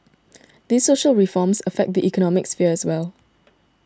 these social reforms affect the economic sphere as well